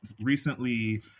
recently